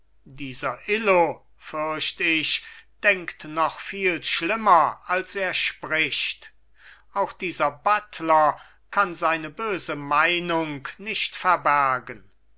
dieser illo fürcht ich denkt noch viel schlimmer als er spricht auch dieser buttler kann seine böse meinung nicht verbergen